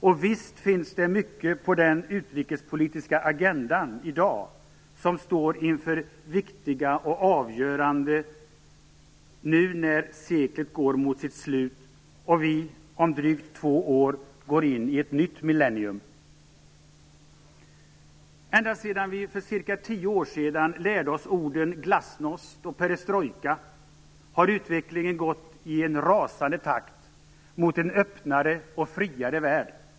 Och visst finns det mycket på den utrikespolitiska agendan i dag som står inför viktiga avgöranden, nu när seklet går mot sitt slut och vi om drygt två år går in i ett nytt millennium. Ända sedan vi för cirka tio år sedan lärde oss orden glasnost och perestrojka har utvecklingen gått i en rasande takt mot en öppnare och friare värld.